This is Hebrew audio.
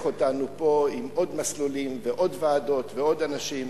אותנו פה עם עוד מסלולים ועוד ועדות ועוד אנשים,